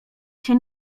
się